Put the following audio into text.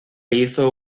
hizo